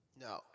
No